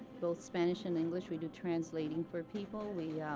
both spanish and english. we do translating for people. we,